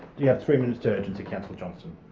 you have three minutes to urgency councillor johnston.